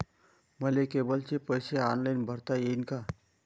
मले केबलचे पैसे ऑनलाईन भरता येईन का?